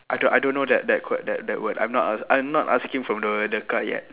I don't I don't know that that quote that that word I'm not I'm not asking from the the card yet